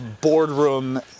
boardroom